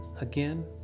again